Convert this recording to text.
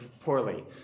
Poorly